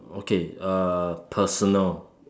okay uh personal